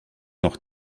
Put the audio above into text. noch